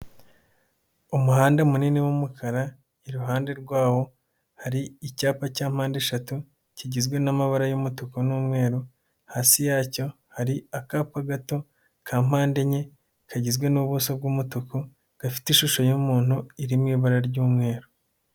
Umuhanda munini w'umukara iruhande rwawo hari icyapa cya mpandeshatu kigizwe n'amabara y'umutuku n'umweru, hasi yacyo hari akapa gato ka mpande enye kagizwe n'ubuso bw'umutuku, gafite ishusho y'umuntu iri mu ibara ry'umweru.